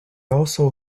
also